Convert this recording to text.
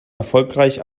erfolgreich